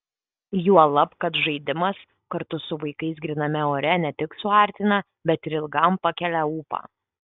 juolab kad žaidimas kartu su vaikais gryname ore ne tik suartina bet ir ilgam pakelia ūpą